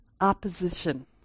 opposition